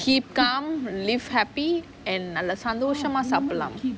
keep calm live happy and நல்ல சந்தோஷமா சாப்பிடலாம்:nalla sandoshama saapdalaam